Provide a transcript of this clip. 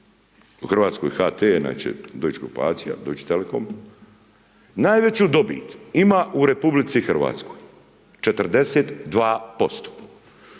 u Hrvatskoj HT, Deuche telekom, najveću dobit ima u Republici Hrvatskoj 42%.